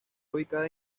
ubicada